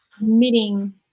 Meeting